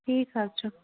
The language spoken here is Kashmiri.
ٹھیٖک حظ چھُ